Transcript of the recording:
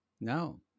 no